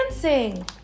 dancing